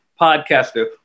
podcaster